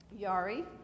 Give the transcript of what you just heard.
Yari